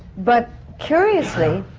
but curiously,